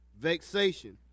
vexation